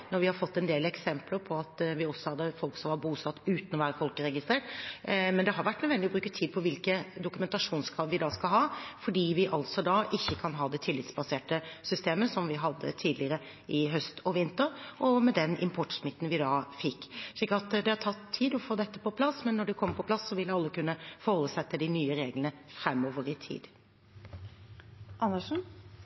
vi har fått en del eksempler på at vi også hadde folk som var bosatt uten å være folkeregistrert. Det har vært nødvendig å bruke tid på hvilke dokumentasjonskrav vi da skal ha, fordi vi altså ikke kan ha det tillitsbaserte systemet som vi hadde tidligere i høst og vinter, med den importsmitten vi da fikk. Det har tatt tid å få dette på plass, men når det kommer på plass, vil alle framover i tid kunne forholde seg til de nye reglene. Jeg skjønner begrunnelsen at det er mye som skjer i